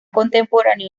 contemporáneo